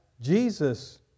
Jesus